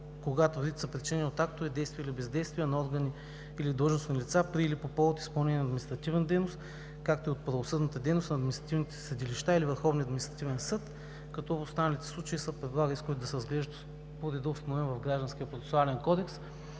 когато вредите са причинени от актове от действия или бездействия на органи или длъжностни лица при или по повод изпълнение на административна дейност, както и от правосъдната дейност на административните съдилища или Върховния административен съд, като в останалите случаи се предлага исковете да се разглеждат по реда, установен в Гражданския процесуален кодекс.